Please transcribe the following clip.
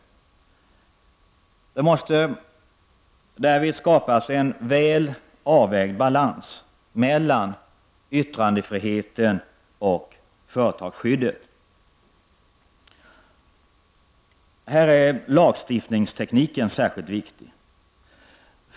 Det måste därvid skapas en väl avvägd balans mellan yttrandefriheten och företagsskyddet. Här är lagstiftningstekniken särskilt viktig.